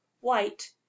white